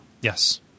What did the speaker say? Yes